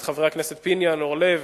את חברי הכנסת פיניאן ואורלב.